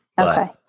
Okay